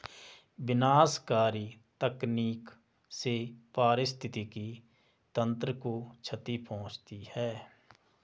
विनाशकारी तकनीक से पारिस्थितिकी तंत्र को क्षति पहुँचती है